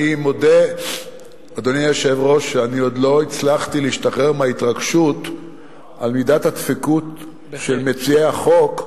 אני מודה שעוד לא הצלחתי להשתחרר מההתרגשות ממידת הדבקות של מציעי החוק,